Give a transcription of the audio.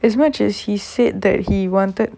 it's what she he said that he wanted